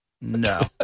No